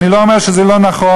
אני לא אומר שזה לא נכון,